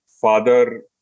father